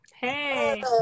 Hey